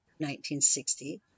1960